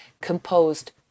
composed